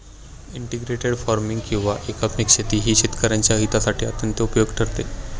integrated farming किंवा एकात्मिक शेती ही शेतकऱ्यांच्या हितासाठी अत्यंत उपयुक्त ठरते